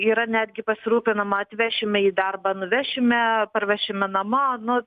yra netgi pasirūpinama atvešime į darbą nuvešime parvešime namo nu